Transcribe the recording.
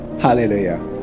hallelujah